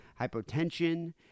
hypotension